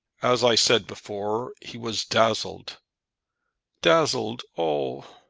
as i said before, he was dazzled dazzled oh!